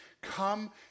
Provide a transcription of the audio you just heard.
Come